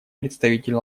представитель